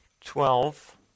twelve